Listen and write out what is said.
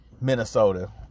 minnesota